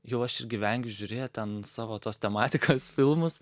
jau aš irgi vengiu žiūrėt ten savo tos tematikos filmus